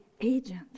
agent